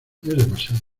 demasiado